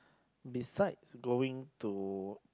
besides going to